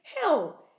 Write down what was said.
hell